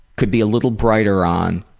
could be a little brighter on